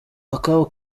akabo